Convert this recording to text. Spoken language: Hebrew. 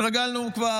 התרגלנו כבר,